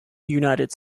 united